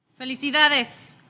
Felicidades